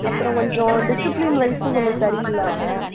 அப்புறோம் கொஞ்சம் டிசிப்பிளின் வைஸும் கொஞ்சம் சரி இல்லை அவன்